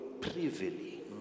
privily